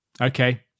okay